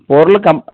பொருள் கம்